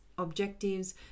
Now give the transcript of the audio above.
objectives